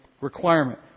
requirement